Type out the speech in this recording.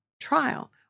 trial